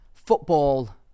football